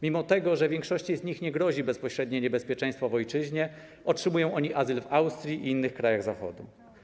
Mimo że większości z nich nie grozi bezpośrednie niebezpieczeństwo w ojczyźnie, otrzymują oni azyl w Austrii i innych krajach Zachodu.